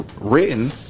Written